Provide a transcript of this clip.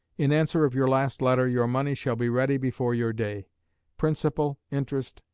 in answer of your last letter, your money shall be ready before your day principal, interest,